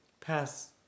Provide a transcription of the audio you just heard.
Pass